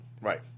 Right